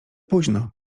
późno